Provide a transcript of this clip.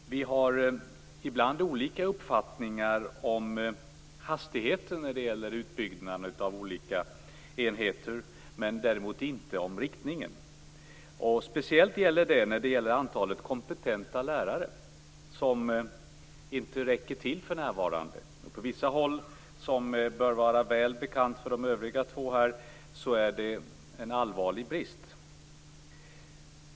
Vi har ibland olika uppfattningar om hastigheten när det gäller utbyggnaden av olika enheter, men däremot inte om riktningen. Speciellt gäller det i fråga om antalet kompetenta lärare, som för närvarande inte räcker till. På vissa håll, vilket bör vara väl bekant för övriga här, är det en allvarlig brist.